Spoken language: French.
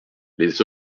les